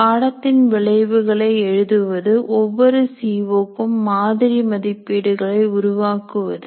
பாடத்தின் விளைவுகளை எழுதுவது ஒவ்வொரு சி ஓ கும் மாதிரி மதிப்பீடுகளை உருவாக்குவது